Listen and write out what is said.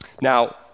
Now